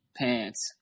pants